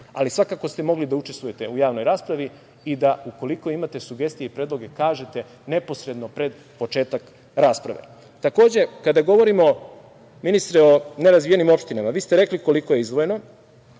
Ali, svakako ste mogli da učestvujete u javnoj raspravi i da ukoliko imate sugestije i predloge kažete neposredno pred početak rasprave. Takođe, kada govorimo, ministre, o nerazvijenim opštinama, vi ste rekli koliko je izdvojeno,